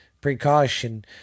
precaution